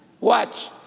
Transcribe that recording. Watch